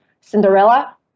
Cinderella